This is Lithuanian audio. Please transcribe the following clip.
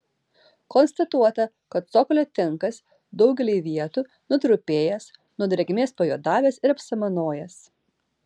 konstatuota kad cokolio tinkas daugelyje vietų nutrupėjęs nuo drėgmės pajuodavęs ir apsamanojęs